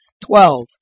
Twelve